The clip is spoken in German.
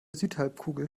südhalbkugel